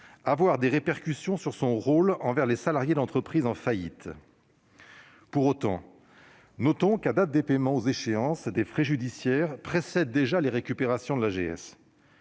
avoir des répercussions sur son rôle envers les salariés d'entreprises en faillite. Pour autant, notons que les paiements à l'échéance des frais judiciaires précèdent déjà les récupérations au profit